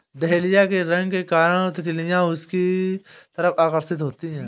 dahlia के रंग के कारण तितलियां इसकी तरफ आकर्षित होती हैं